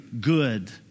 good